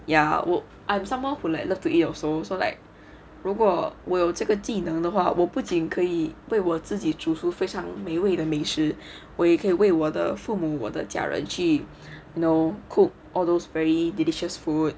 ya work I'm someone who like love to eat also so like 如果我有这个技能的话我不仅可以为我自己煮出非常美味的美食我也可以为我的父母我的家人去 you know cook all those very delicious food